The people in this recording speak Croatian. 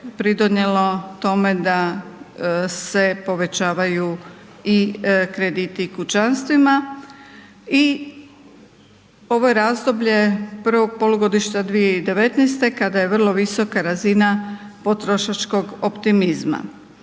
pridonijelo tome da se povećavaju i krediti kućanstvima i ovo je razdoblje prvog polugodišta 2019. kad je vrlo visoka razina potrošačkog optimizma.